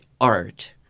art